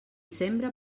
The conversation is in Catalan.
sembra